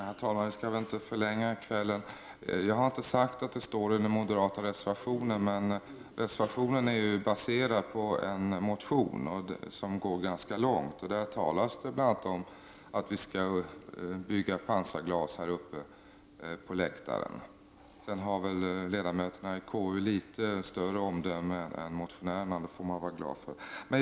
Herr talman! Jag skall inte förlänga debatten. Jag har inte sagt att det står något om pansarglas i den moderata reservationen. Men reservationen är ju baserad på en motion som går ganska långt. Och i den motionen talas det bl.a. om att åhörarläktaren skall förses med pansarglas. Ledamöterna i konstitutionsutskottet har väl litet större omdöme än motionärerna, och det får man vara glad över.